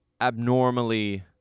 abnormally